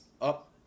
up